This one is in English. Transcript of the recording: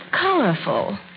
colorful